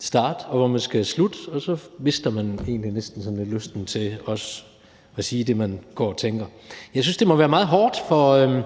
starte, og hvor man skal slutte, og så mister man egentlig næsten sådan helt lysten til også at sige det, man går og tænker. Jeg synes, det må være meget hårdt for